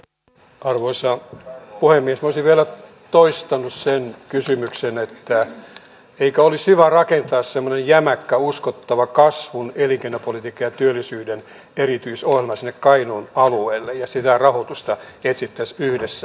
minä olisin vielä toistanut sen kysymyksen että eikö olisi hyvä rakentaa semmoinen jämäkkä uskottava kasvun elinkeinopolitiikka ja työllisyyden erityisohjelma sinne kainuun alueelle ja sitä rahoitusta etsittäisiin yhdessä